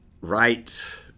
right